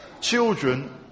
children